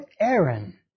Aaron